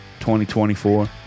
2024